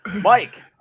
Mike